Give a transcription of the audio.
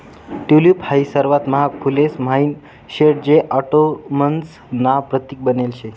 tulip हाई सर्वात महाग फुलेस म्हाईन शे जे ऑटोमन्स ना प्रतीक बनेल शे